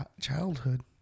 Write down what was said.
childhood